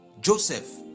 Joseph